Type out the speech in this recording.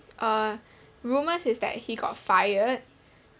uh rumours is that he got fired